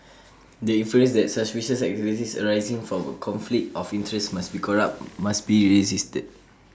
the inference that suspicious activities arising from A conflict of interest must be corrupt must be resisted